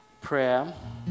prayer